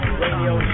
radio